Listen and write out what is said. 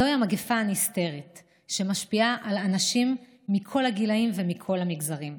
זוהי המגפה הנסתרת שמשפיעה על אנשים מכל הגילים ומכל המגזרים.